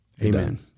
Amen